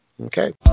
okay